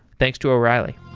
thanks to o'reilly